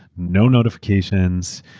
no notifications,